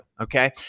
Okay